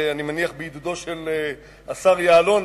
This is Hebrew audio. ואני מניח שבעידודו של השר יעלון,